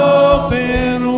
open